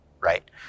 right